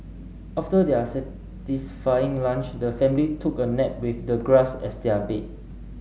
after their satisfying lunch the family took a nap with the grass as their bed